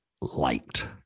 liked